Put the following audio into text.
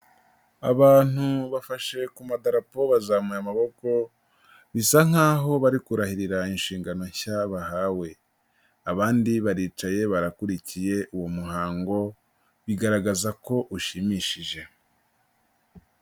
Abantu bafashe ku madarapo bazamuye amaboko bisa nkaho bari kurahirira inshingano nshya bahawe, abandi baricaye barakurikiye uwo muhango bigaragaza ko ushimishije.